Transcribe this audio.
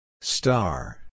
Star